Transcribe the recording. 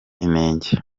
inenge